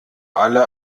alle